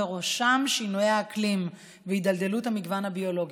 ובראשם שינויי האקלים והידלדלות המגוון הביולוגי.